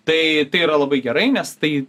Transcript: tai tai yra labai gerai nes tai